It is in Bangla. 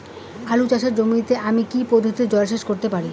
আলু চাষে জমিতে আমি কী পদ্ধতিতে জলসেচ করতে পারি?